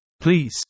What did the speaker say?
Please